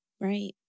Right